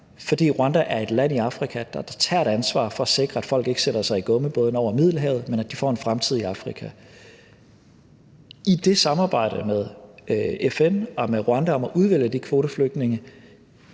fordi Rwanda er et land i Afrika, der tager et ansvar for at sikre, at folk ikke sætter sig i gummibådene over Middelhavet, men at de får en fremtid i Afrika. I det samarbejde med FN og med Rwanda om at at udvælge de kvoteflygtninge